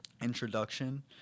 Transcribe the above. introduction